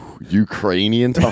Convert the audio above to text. Ukrainian